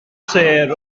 sêr